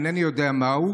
אינני יודע מהו,